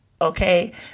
Okay